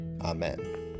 Amen